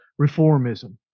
reformism